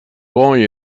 boy